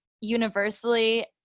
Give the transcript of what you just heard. universally